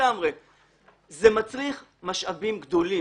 זה מצריך משאבים גדולים.